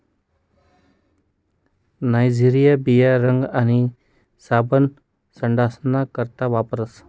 नाइजरन्या बिया रंग आणि साबण बनाडाना करता वापरतस